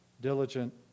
diligent